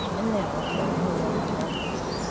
and now, riding along in the darkness,